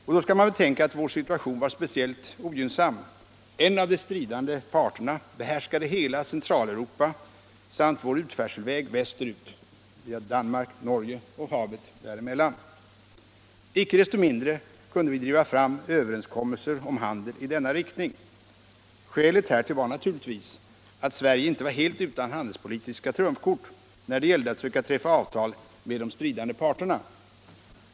Och då skall man betänka att vår situation var speciellt ogynnsam. En av de stridande parterna behärskade hela Centraleuropa samt vår utförselväg väster ut — Danmark, Norge och havet där emellan. Icke desto mindre kunde vi driva fram överenskommelser om handel i denna riktning. Skälet härtill var naturligtvis att Sverige inte var helt utan handelspolitiska trumfkort när det gällde att söka träffa avtal med de stridande parterna.